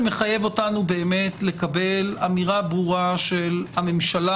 זה מחייב אותנו לקבל אמירה ברורה של הממשלה